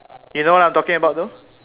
you know what I'm talking about though